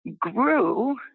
grew